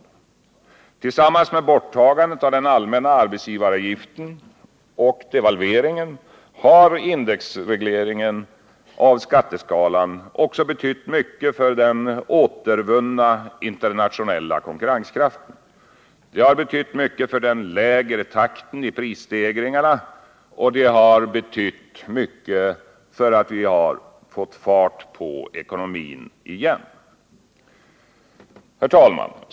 Tillsammans med borttagandet av den allmänna arbetsgivaravgiften och devalveringen har indexregleringen av skatteskalan också betytt mycket för den återvunna internationella konkurrenskraften, för den lägre takten i prisstegringarna och för att vi har fått fart på ekonomin igen. Herr talman!